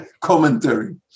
commentary